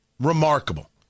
Remarkable